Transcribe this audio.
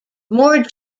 more